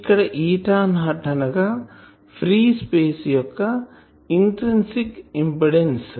ఇక్కడ eta naught అనగా free space యొక్క ఇంట్రిన్సిక్ ఇంపిడెన్సు